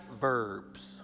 verbs